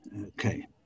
okay